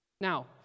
Now